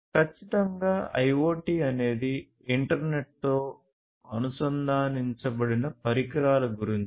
ఖచ్చితంగా IoT అనేది ఇంటర్నెట్తో అనుసంధానించబడిన పరికరాల గురించి